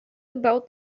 about